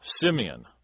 Simeon